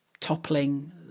toppling